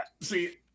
see